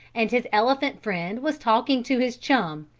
and his elephant friend was talking to his chum,